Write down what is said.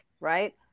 right